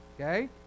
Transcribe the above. Okay